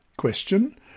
question